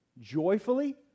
joyfully